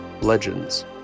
Legends